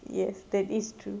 yes that is true